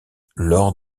lors